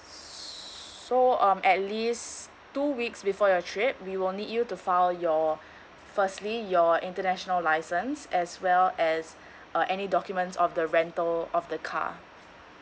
s~ so um at least two weeks before your trip we will need you to file your firstly your international license as well as uh any documents of the rental of the car